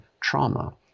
trauma